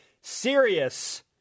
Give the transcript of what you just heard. serious